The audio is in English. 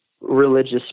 religious